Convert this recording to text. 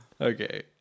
Okay